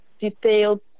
detailed